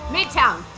Midtown